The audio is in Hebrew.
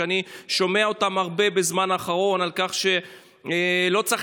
שאני שומע אותם הרבה בזמן האחרון מדברים על כך שלא צריך